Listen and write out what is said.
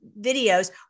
videos